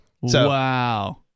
wow